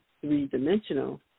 three-dimensional